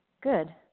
Good